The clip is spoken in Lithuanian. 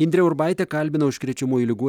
indrė urbaitė kalbina užkrečiamųjų ligų